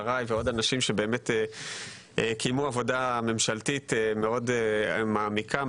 שרי ועוד אנשים שקיימו עבודה ממשלתית מאוד מעמיקה,